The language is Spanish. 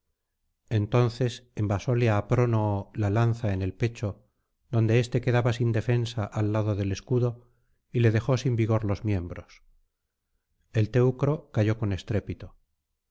entonces envasóle á prónoo la lanza en el pecho donde éste quedaba sin defensa al lado del escudo y le dejó sin vigor los miembros el teucro cayó con estrépito